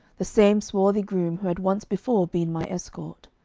the same swarthy groom who had once before been my-escort.